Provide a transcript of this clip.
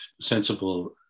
sensible